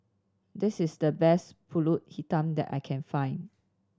this is the best Pulut Hitam that I can find